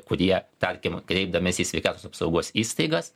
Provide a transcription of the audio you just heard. kurie tarkim kreipdamiesi į sveikatos apsaugos įstaigas